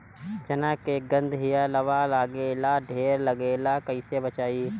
चना मै गधयीलवा लागे ला ढेर लागेला कईसे बचाई?